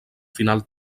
final